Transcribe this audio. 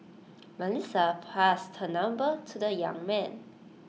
Melissa passed her number to the young man